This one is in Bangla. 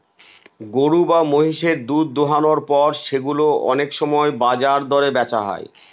গরু বা মহিষের দুধ দোহানোর পর সেগুলো অনেক সময় বাজার দরে বেচা হয়